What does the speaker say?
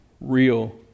real